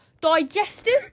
digestive